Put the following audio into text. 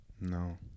no